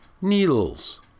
needles